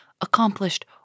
accomplished